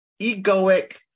egoic